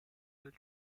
del